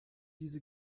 diese